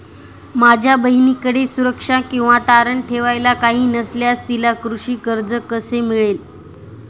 माझ्या बहिणीकडे सुरक्षा किंवा तारण ठेवायला काही नसल्यास तिला कृषी कर्ज कसे मिळेल?